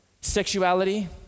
sexuality